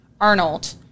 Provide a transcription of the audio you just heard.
Arnold